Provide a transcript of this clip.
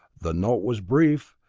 the note was brief,